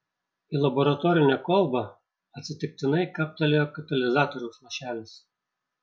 į laboratorinę kolbą atsitiktinai kaptelėjo katalizatoriaus lašelis